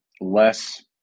less